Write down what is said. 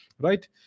right